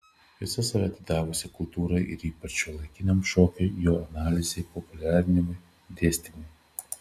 visą save atidavusią kultūrai ir ypač šiuolaikiniam šokiui jo analizei populiarinimui dėstymui